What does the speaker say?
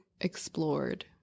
explored